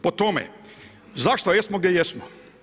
Po tome, zašto jesmo gdje jesmo?